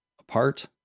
apart